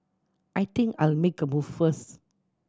I think I'll make a move first